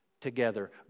together